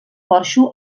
porxo